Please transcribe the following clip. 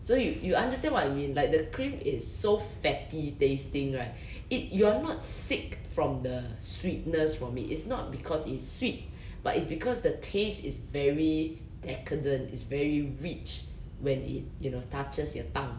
so you you understand what I mean like the cream is so fatty tasting right it you're not sick from the sweetness from it it's not because it's sweet but it's because the taste is very flavourful it's very rich when it you know touches your tongue